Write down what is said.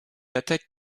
attaque